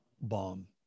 bomb